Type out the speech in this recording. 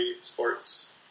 sports